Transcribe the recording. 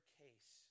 case